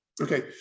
Okay